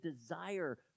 desire